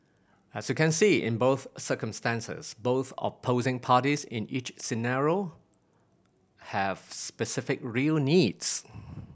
as you can see in both circumstances both opposing parties in each scenario have specific real needs